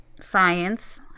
science